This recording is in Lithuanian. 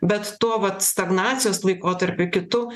bet tuo vat stagnacijos laikotarpiu kitu